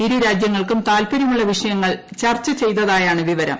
ഇരുരാജ്യങ്ങൾക്കും താൽപര്യമുള്ള വിഷയങ്ങൾ ചർച്ച ചെയ്തതായാണ് വിവരം